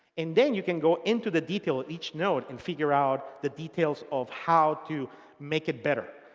and then you can go into the detail of each node and figure out the details of how to make it better.